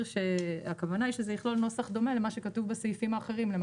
למעשה יכלול נוסח דומה למה שכתוב בסעיפים האחרים.